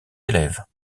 élèves